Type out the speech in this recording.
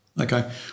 Okay